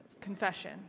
confession